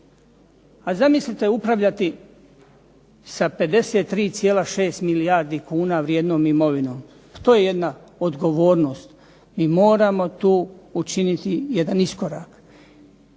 A zamislite upravljati sa 53,6 milijardi kuna vrijednom imovinom. Pa to je jedna odgovornost. I moramo tu učiniti jedan iskorak.